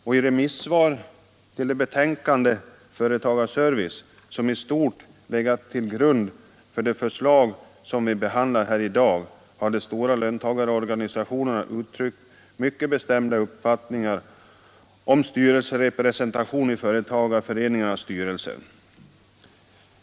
I sitt remissvar till betänkandet, som i stort legat till grund för det förslag som vi behandlar i dag, har de stora löntagarorganisationerna uttryckt mycket bestämda uppfattningar om löntagarrepresentation i företagarföreningarnas styrelser.